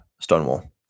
Stonewall